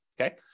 okay